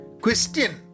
question